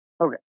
Okay